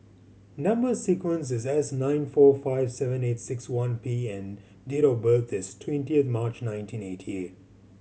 number sequence is S nine four five seven eight six one P and date of birth is twentieth March nineteen eighty eight